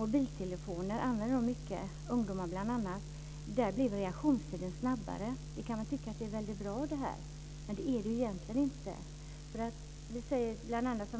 personer, bl.a. ungdomar, med hög användning av mobiltelefoner har en snabbare reaktionstid.